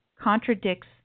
contradicts